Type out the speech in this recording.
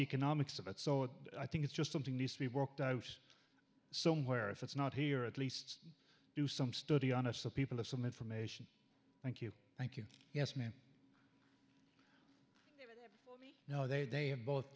economics of it so i think it's just something needs to be worked out so where if it's not here at least do some study on us the people have some information thank you thank you yes ma'am no they have both